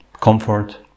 comfort